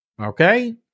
Okay